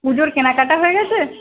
পুজোর কেনাকাটা হয়ে গিয়েছে